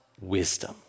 wisdom